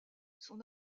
son